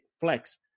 flex